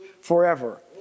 forever